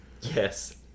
Yes